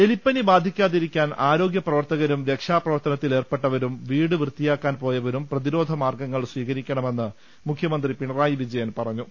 എലിപ്പനി ബാധിക്കാതിരിക്കാൻ ആരോഗ്യപ്രവർത്തകരും രക്ഷാപ്രവർത്തനത്തിലേർപ്പെട്ടവരും വീട് വൃത്തിയാക്കാൻ പോയ വരും പ്രതിരോധ മാർഗങ്ങൾ സ്വീകരിക്കണമെന്ന് മുഖ്യമന്ത്രി പിണ റായി വിജയൻ പറഞ്ഞു